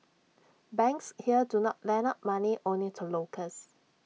banks here do not lend out money only to locals